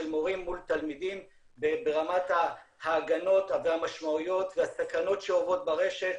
מורים מול תלמידים ברמת ההגנות והמשמעויות והסכנות שעוברות ברשת,